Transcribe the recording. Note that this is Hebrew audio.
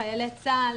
חיילי צה"ל,